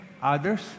others